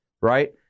right